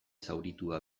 zauritua